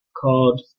called